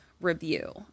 review